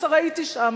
הרי הייתי שם.